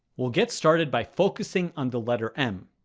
we'll get started by focusing on the letter m.